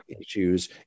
issues